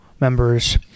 members